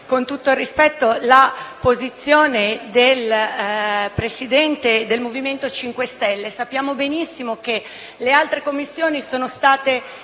con tutto il rispetto, la posizione del presidente del MoVimento 5 Stelle. Sappiamo benissimo che le altre Commissioni sono state